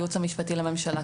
הייעוץ המשפטי לממשלה.